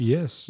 Yes